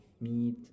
meat